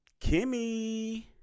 Kimmy